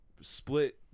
Split